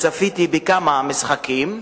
צפיתי בכמה משחקים.